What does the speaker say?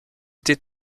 été